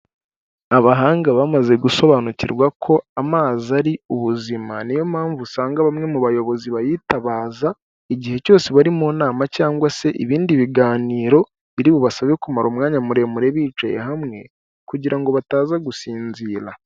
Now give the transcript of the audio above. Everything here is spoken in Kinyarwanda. Abahanga bamaze gusobanukirwa ko amazi ari ubuzima niyo mpamvu usanga bamwe mu bayobozi bayitabaza igihe cyose bari mu nama cyangwa se ibindi biganiro biri bubasabe kumara umwanya muremure bicaye hamwe kugira ngo bataza gusinzira.